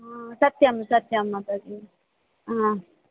आ सत्यं सत्यं माताजि हा